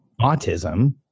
autism